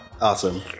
Awesome